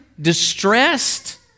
distressed